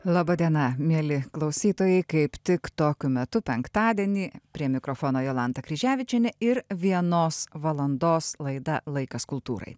laba diena mieli klausytojai kaip tik tokiu metu penktadienį prie mikrofono jolanta kryževičienė ir vienos valandos laida laikas kultūrai